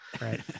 Right